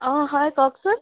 অঁ হয় কওকচোন